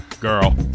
Girl